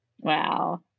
wow